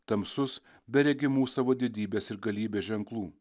tamsus be regimų savo didybės ir galybės ženklų